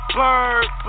bird